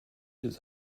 des